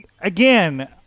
again